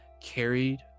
carried